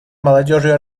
молодежью